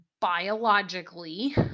biologically